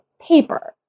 paper